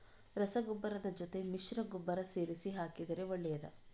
ರಸಗೊಬ್ಬರದ ಜೊತೆ ಮಿಶ್ರ ಗೊಬ್ಬರ ಸೇರಿಸಿ ಹಾಕಿದರೆ ಒಳ್ಳೆಯದಾ?